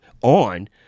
on